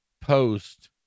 post